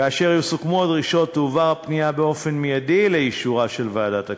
כאשר יסוכמו הדרישות תועבר הפנייה באופן מיידי לאישורה של ועדת הכספים.